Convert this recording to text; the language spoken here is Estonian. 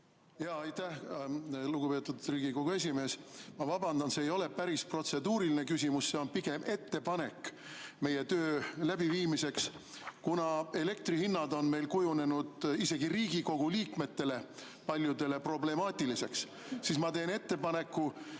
Aitäh, lugupeetud Riigikogu esimees! Ma vabandan, see ei ole päris protseduuriline küsimus, see on pigem ettepanek meie töö läbiviimiseks. Kuna elektrihinnad on meil kujunenud isegi paljudele Riigikogu liikmetele problemaatiliseks, siis ma teen ettepaneku